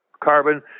carbon